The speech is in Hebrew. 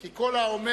כי כל האומר,